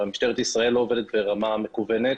משטרת ישראל לא עובדת ברמה מקוונת